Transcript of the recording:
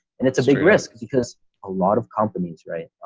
and it's a big risk because a lot of companies right.